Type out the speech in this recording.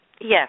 Yes